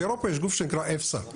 באירופה יש גוף שנקרא FSA,